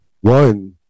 One